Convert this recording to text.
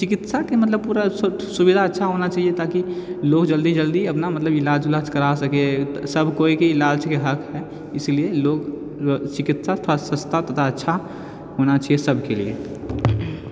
चिकित्साके मतलब पूरा सुविधा अच्छा होना चाहिए ताकि लोक जल्दी जल्दी अपना मतलब इलाज उलाज करा सकए सब कोइके इलाजके हक हइ इसीलिए लोक चिकित्सा सस्ता तथा अच्छा होना चाहिए सबके लिए